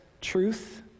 truth